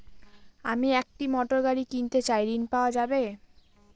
আমি একটি মোটরগাড়ি কিনতে চাই ঝণ পাওয়া যাবে?